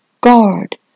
guard